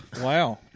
Wow